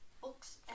books